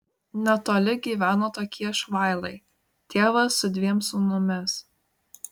netoli gyveno tokie švailai tėvas su dviem sūnumis